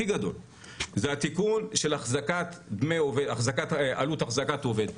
זה התיקון של עלות אחזקת עובד.